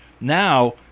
Now